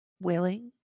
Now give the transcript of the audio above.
willing